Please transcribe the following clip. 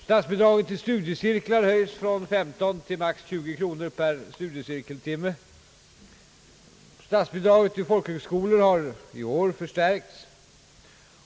Statsbidraget till studiecirklar höjs från 15 till max. 20 kronor per studiecirkeltimme. Statsbidraget till folkhögskolor har i år förstärkts.